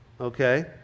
okay